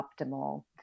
optimal